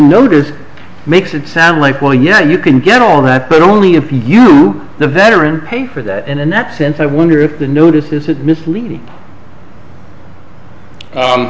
notice makes it sound like well yeah you can get all that but only if you the veteran paid for that and in that sense i wonder if the notice is that misleading